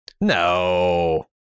No